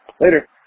later